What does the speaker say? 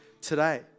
today